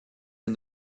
est